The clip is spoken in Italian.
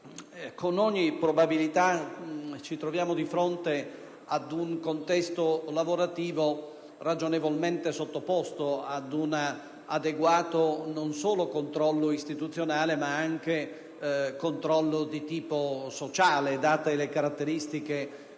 con ogni probabilità, ci troviamo di fronte ad un contesto lavorativo ragionevolmente sottoposto ad un adeguato controllo, non solo istituzionale, ma anche di tipo sociale, date le caratteristiche